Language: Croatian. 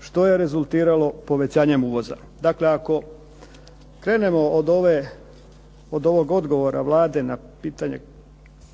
što je rezultiralo povećanjem uvoza. Dakle, ako krenemo od ovog odgovora Vlade na pitanje